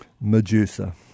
Medusa